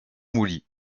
mouly